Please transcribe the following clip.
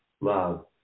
love